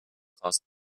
cost